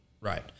Right